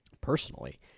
personally